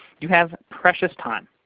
you have precious time.